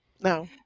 no